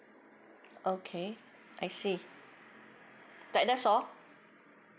okay I see that that's all